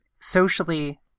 socially